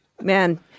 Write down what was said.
Man